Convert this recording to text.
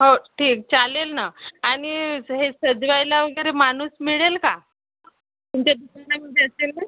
हो ठीक चालेल ना आणि हे सजवायला वगैरे माणूस मिळेल का तुमच्या दुकानामधे असेल ना